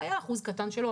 היה אחוז קטן שלא,